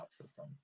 system